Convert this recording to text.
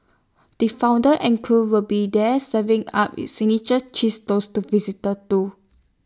the founder and crew will be there serving up its signature cheese toast to visitors too